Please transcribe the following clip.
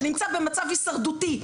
שנמצא במצב הישרדותי,